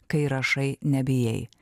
kai rašai nebijai